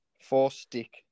four-stick